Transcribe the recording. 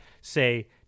say